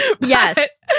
Yes